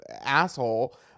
asshole